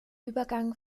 übergang